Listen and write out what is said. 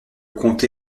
comté